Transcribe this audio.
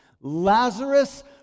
Lazarus